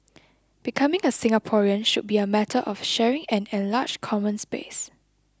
becoming a Singaporean should be a matter of sharing an enlarged common space